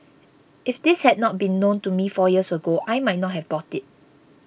if this had not been made known to me four years ago I might not have bought it